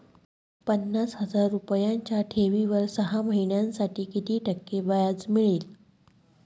पन्नास हजार रुपयांच्या ठेवीवर सहा महिन्यांसाठी किती टक्के व्याज मिळेल?